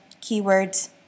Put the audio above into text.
keywords